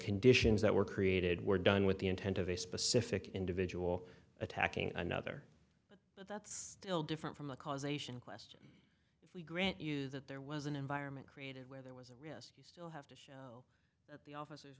conditions that were created were done with the intent of a specific individual attacking another that's still different from the causation question if we grant you that there was an environment created where there was a risk you still have to show the officer